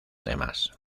demás